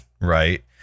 right